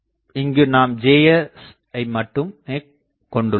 இங்கு நாம் Jsஐ மட்டுமே கொண்டுள்ளோம்